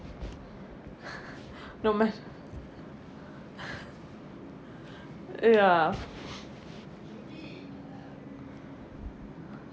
no matter ya